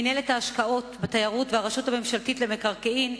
מינהלת ההשקעות בתיירות והרשות הממשלתית למקרקעין,